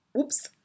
oops